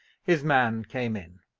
his man came in.